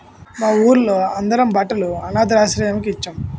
మా వూళ్ళో అందరం బట్టలు అనథాశ్రమానికి ఇచ్చేం